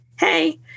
Hey